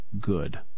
good